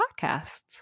podcasts